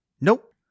Nope